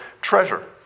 treasure